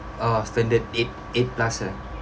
oh standard eight eight plus ah